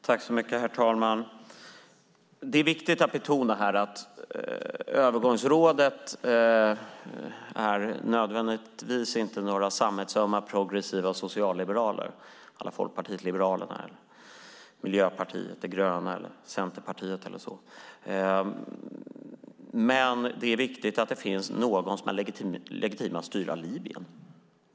Herr talman! Det är viktigt att betona att övergångsrådet inte nödvändigtvis är några samvetsömma progressiva socialliberaler à la Folkpartiet liberalerna, Miljöpartiet de gröna eller Centerpartiet. Men det är viktigt att det finns någon som har legitimitet att styra Libyen.